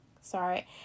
Sorry